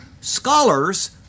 scholars